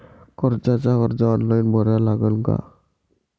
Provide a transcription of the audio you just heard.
कर्जाचा अर्ज ऑनलाईन भरा लागन का?